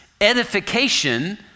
edification